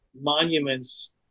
monuments